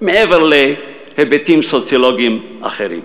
מעבר להיבטים סוציולוגיים אחרים.